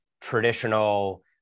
traditional